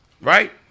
right